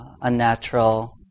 unnatural